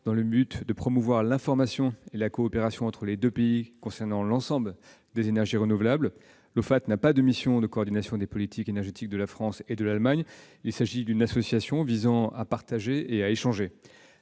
dans le but de promouvoir l'information et la coopération entre les deux pays concernant l'ensemble des énergies renouvelables. L'Ofate n'a pas de mission de coordination des politiques énergétiques de la France et de l'Allemagne. Il s'agit d'une association visant à partager et à échanger.